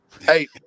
Hey